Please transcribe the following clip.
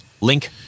Link